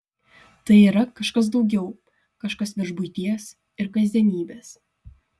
tai yra kažkas daugiau kažkas virš buities ir kasdienybės